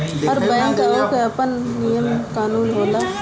हर bank कअ आपन नियम कानून होला